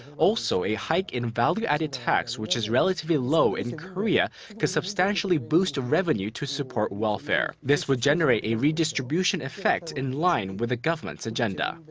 also, a hike in value-added tax which is relatively low in korea could substantially boost revenue to support welfare. this would generate a redistribution effect in line with the government's agenda.